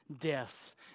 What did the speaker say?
death